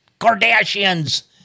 Kardashians